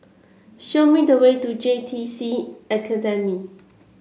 show me the way to J T C Academy